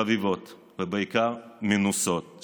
חביבות ובעיקר מנוסות,